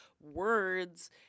words